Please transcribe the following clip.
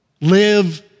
live